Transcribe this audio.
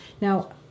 Now